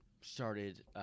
started –